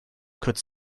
could